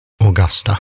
Augusta